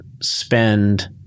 spend